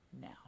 now